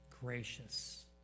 gracious